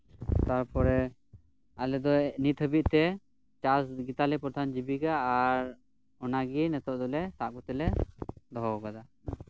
ᱛᱟᱨᱯᱚᱨᱮ ᱟᱞᱮ ᱫᱚ ᱱᱤᱛ ᱦᱟᱹᱵᱤᱡ ᱛᱮ ᱪᱟᱥ ᱜᱮᱛᱟᱞᱮ ᱯᱨᱚᱫᱷᱟᱱ ᱡᱤᱵᱤᱠᱟ ᱟᱨ ᱚᱱᱟ ᱜᱮ ᱱᱤᱛᱳᱜ ᱫᱚᱞᱮ ᱥᱟᱵ ᱠᱟᱛᱮ ᱞᱮ ᱫᱚᱦᱚᱣᱟᱠᱟᱫᱟ